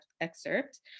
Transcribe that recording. excerpt